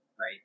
Right